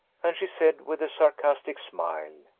and she said, with a sarcastic smile,